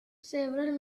several